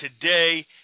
today